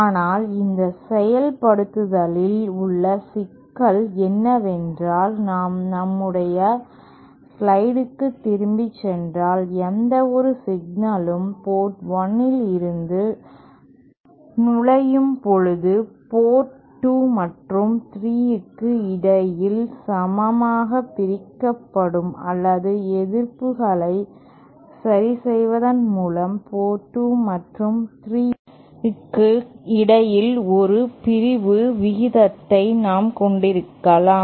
ஆனால் இந்த செயல்படுத்தலில் உள்ள சிக்கல் என்னவென்றால் நாம் நம்முடைய ஸ்லைடிற்கு திரும்பிச் சென்றால்எந்தவொரு சிக்னலும் போர்ட் 1 இல் நுழையும் போது போர்ட் 2 மற்றும் 3 க்கு இடையில் சமமாக பிரிக்கப்படும் அல்லது எதிர்ப்புகளை சரிசெய்வதன் மூலம் போர்ட் 2 மற்றும் 3 க்கு இடையில் ஒரு பிரிவு விகிதத்தை நாம் கொண்டிருக்கலாம்